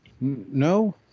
no